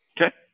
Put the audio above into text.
Okay